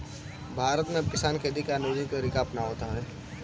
भारत में अब किसान खेती के आधुनिक तरीका अपनावत हवे